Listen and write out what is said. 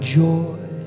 joy